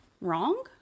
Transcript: wrong